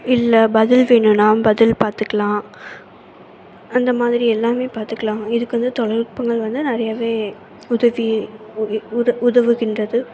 இல்லை பதில் வேணும்னா பதில் பார்த்துக்கலாம் அந்தமாதிரி எல்லாமே பார்த்துக்கலாம் இதுக்கு வந்து தொழில்நுட்பங்கள் வந்து நிறையவே உதவி உதவுகின்றது